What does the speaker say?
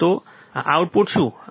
તો આઉટપુટ શું છે